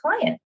client